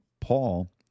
Paul